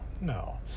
No